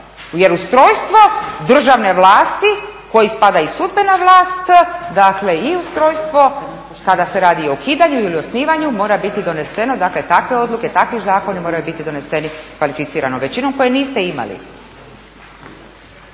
jer ustrojstvo državne vlasti i u koji spada i sudbena vlast, dakle i ustrojstvo kada se radi o ukidanju ili o osnivanju mora biti doneseno. Dakle, takve odluke, takvi zakoni moraju biti doneseni kvalificiranom većinom koju niste imali.